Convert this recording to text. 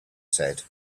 said